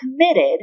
committed